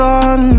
on